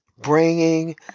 bringing